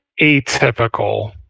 atypical